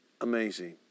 Amazing